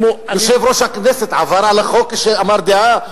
יושב-ראש הכנסת עבר על החוק כשאמר דעה?